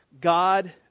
God